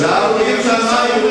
תלמד היסטוריה לפני שאתה עולה לדוכן.